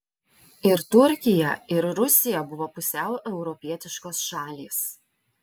ir turkija ir rusija buvo pusiau europietiškos šalys